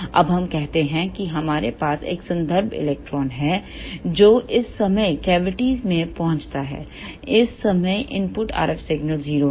अब हम कहते हैं कि हमारे पास एक संदर्भ इलेक्ट्रॉन e0 है जो इस समय कैविटी में पहुंचता है इस समय इनपुट RF सिग्नल 0 है